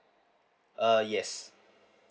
uh yes